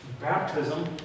Baptism